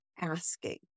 asking